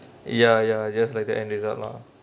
ya ya just like the end result lah